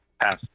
Pass